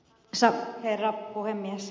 arvoisa herra puhemies